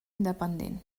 independent